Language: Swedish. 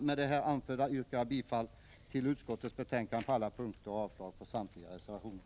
Med det anförda yrkar jag bifall till utskottets hemställan på alla punkter och avslag på samtliga reservationer.